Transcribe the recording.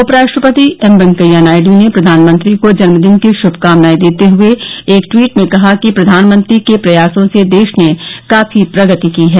उपराष्ट्रति M Venkaiah Naidu ने प्रधानमंत्री को जन्मदिन की श्रमकामनाएं देते हये एक टवीट में कहा कि प्रधानमंत्री के प्रयासों र्स देश ने काफी प्रगति की है